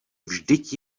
vždyť